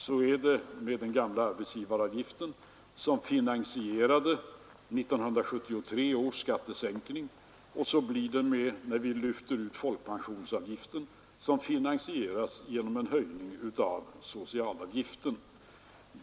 Det är samma sak med den gamla arbetsgivaravgiften som finansierade 1973 års skattesänkning och så blir det när vi lyfter ut folkpensionsavgiften som finansieras genom en höjning av socialavgiften.